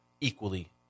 equally